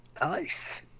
Nice